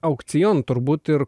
aukcion turbūt ir